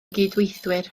gydweithwyr